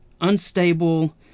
unstable